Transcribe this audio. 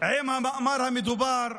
עם המאמר המדובר.